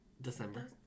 December